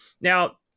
Now